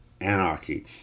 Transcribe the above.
anarchy